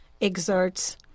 exerts